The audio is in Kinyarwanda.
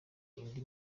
indi